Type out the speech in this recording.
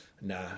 Nah